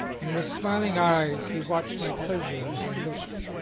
and with smiling eyes he watched my pleasure as i looked.